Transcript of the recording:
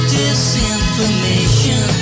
disinformation